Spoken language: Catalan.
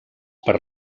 per